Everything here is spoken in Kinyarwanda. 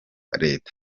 leta